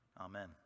Amen